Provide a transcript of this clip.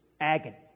agony